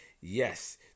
Yes